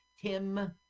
Tim